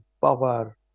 power